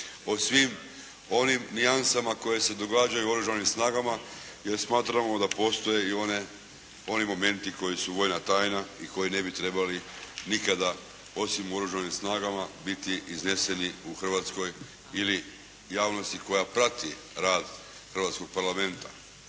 o svim onim nijansama koje se događaju u Oružanim snagama, jer smatramo da postoje i oni momenti koji su vojna tajna i koji ne bi trebali nikada, osim u Oružanim snagama, biti izneseni u Hrvatskoj ili javnosti koja prati rad Hrvatskog parlamenta.